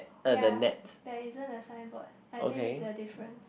ya there isn't a signboard I think is a difference